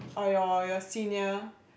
or your your senior